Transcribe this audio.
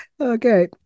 Okay